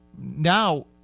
now